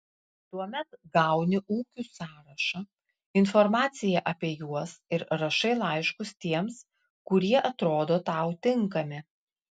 tuomet gauni ūkių sąrašą informaciją apie juos ir rašai laiškus tiems kurie atrodo tau tinkami